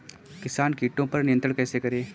किसान कीटो पर नियंत्रण कैसे करें?